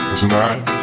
Tonight